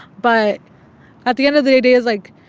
but at the end of the day, it's like,